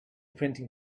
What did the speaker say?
printing